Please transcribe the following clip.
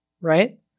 right